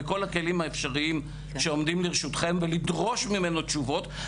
בכל הכלים האפשריים שעומדים לרשותכם ולדרוש ממנו תשובות,